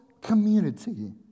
community